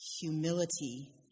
humility